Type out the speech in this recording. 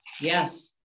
Yes